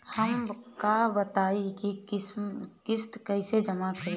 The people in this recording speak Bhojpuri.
हम का बताई की किस्त कईसे जमा करेम?